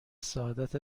سعادت